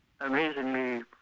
amazingly